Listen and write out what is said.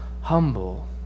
humble